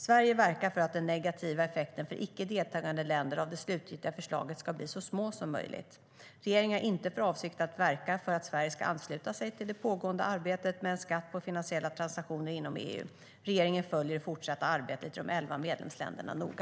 Sverige verkar för att den negativa effekten av det slutgiltiga förslaget ska bli så små som möjligt för icke deltagande länder. Regeringen har inte för avsikt att verka för att Sverige ska ansluta sig till det pågående arbetet med en skatt på finansiella transaktioner inom EU. Regeringen följer det fortsatta arbetet i de elva medlemsländerna noga.